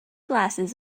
glasses